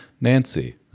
nancy